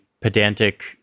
pedantic